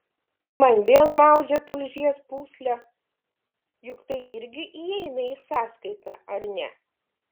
man vėl maudžia tulžies pūslę juk tai irgi įeina į sąskaitą ar ne